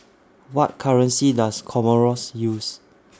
What currency Does Comoros use